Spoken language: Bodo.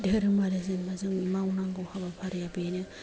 धोरोम आरो जेनेबा जोंनि मावनांगौ हाबाफारिया बेनो